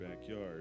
backyard